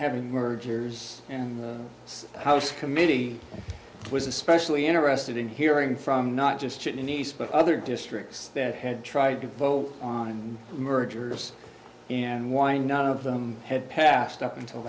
having mergers and house committee was especially interested in hearing from not just in the east but other districts that had tried to vote on mergers and why not of them had passed up until